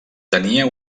tenia